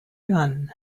gun